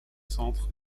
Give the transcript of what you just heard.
centres